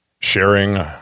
sharing